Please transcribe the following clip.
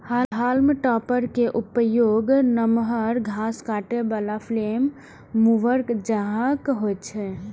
हाल्म topper के उपयोग नमहर घास काटै बला फ्लेम मूवर जकां होइ छै